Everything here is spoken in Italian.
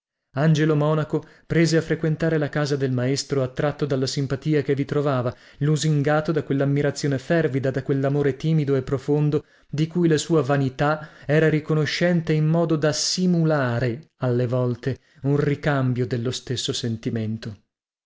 angelo monaco prese a frequentare la casa del maestro attratto dalla simpatia che vi trovava lusingato da quellammirazione fervida da quellamore timido e profondo di cui la sua vanità era riconoscente in modo da simulare alle volte un ricambio dello stesso sentimento